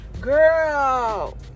girl